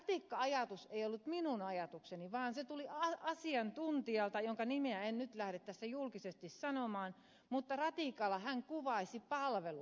ratikka ajatus ei ollut minun ajatukseni vaan se tuli asiantuntijalta jonka nimeä en nyt lähde tässä julkisesti sanomaan mutta ratikalla hän kuvasi palveluja